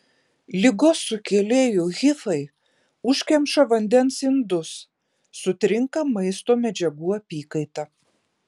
ligos sukėlėjų hifai užkemša vandens indus sutrinka maisto medžiagų apykaita